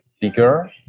bigger